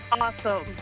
Awesome